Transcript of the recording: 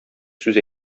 сүз